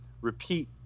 repeat